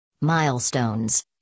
Milestones